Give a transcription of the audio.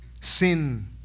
Sin